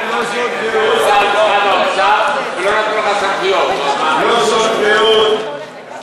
לא זאת ועוד, אתה היית סגן שר במשרד האוצר,